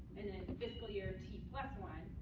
and then fiscal year t plus one.